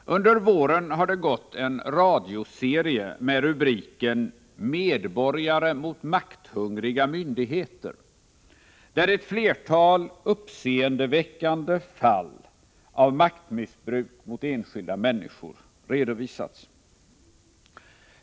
Under våren har det gått en radioserie med rubriken Medborgare mot makthungriga myndigheter. Där har ett flertal uppseendeväckande fall av maktmissbruk mot enskilda människor redovisats.